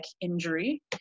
injury